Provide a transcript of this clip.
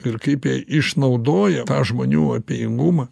ir kaip išnaudoja tą žmonių abejingumą